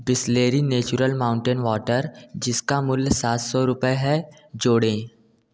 Bisleri natural mountain water जिसका मूल्य सात सौ रूपये है जोड़ें